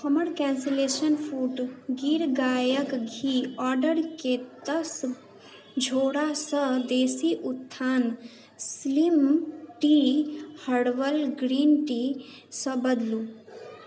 हमर cancellation food Gir गायक घी ऑर्डरके दश झोरासँ देशी उत्थान स्लीम टी हर्बल ग्रीन टीसँ बदलु